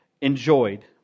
enjoyed